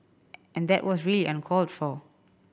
and that was really uncalled for